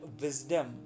wisdom